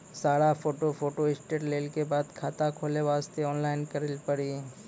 सारा photo photostat लेल के बाद खाता खोले वास्ते ऑनलाइन करिल पड़ी?